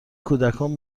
کودکان